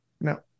No